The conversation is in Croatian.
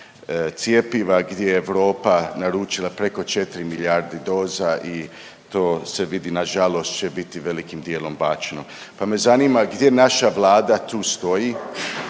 cjepiva gdje je Europa naručila preko 4 milijardi doza i to se vidi nažalost će biti, velikim dijelom bačeno, pa me zanima gdje naša Vlada tu stoji